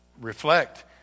reflect